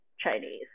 Chinese